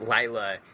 Lila